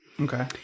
Okay